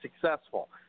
successful